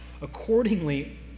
Accordingly